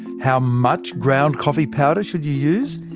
how much ground coffee powder should you use,